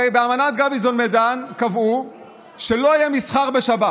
הרי באמנת גביזון-מדן קבעו שלא יהיה מסחר בשבת,